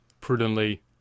prudently